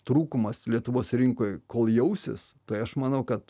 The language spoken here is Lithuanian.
trūkumas lietuvos rinkoj kol jausis tai aš manau kad